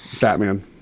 Batman